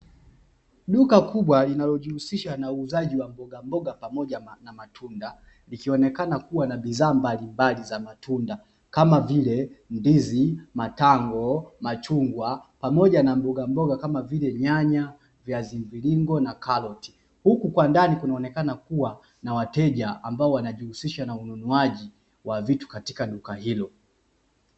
Duka kubwa linalojihusisha na uuzaji wa mboga mboga pamoja na matunda likionekana kuwa na bidhaa mbalimbali za matunda kama vile ndizi, matango, machungwa pamoja na mboga mboga kama vile nyanya, viazi mviringo na karoti, huku kwa ndani kunaonekana kuwa na wateja ambao wanajihusisha na ununuaji wa vitu katika duka hilo.